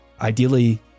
ideally